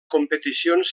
competicions